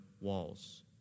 walls